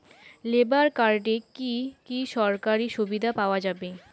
Labour কার্ডে কি কি সরকারি সুবিধা পাওয়া যাবে?